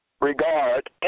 regard